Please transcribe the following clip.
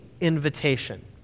invitation